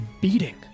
beating